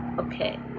Okay